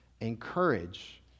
encourage